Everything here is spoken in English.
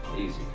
easy